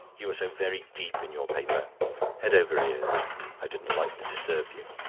you were so very deep in your paper head over ears i didn't like to disturb you.